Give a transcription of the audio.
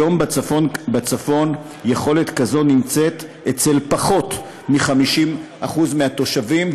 היום בצפון יש יכולת כזאת אצל פחות מ-50% מהתושבים,